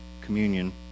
communion